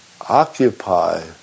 occupy